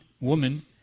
woman